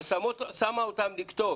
ושמה אותם לכתוב